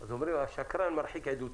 אז אומרים: "השקרן מרחיק עדותו".